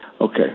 Okay